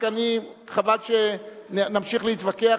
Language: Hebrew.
רק חבל שנמשיך להתווכח,